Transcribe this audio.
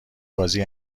بازی